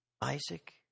Isaac